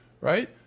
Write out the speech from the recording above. right